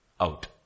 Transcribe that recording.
out